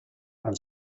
and